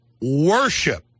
worship